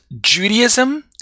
Judaism